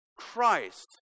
Christ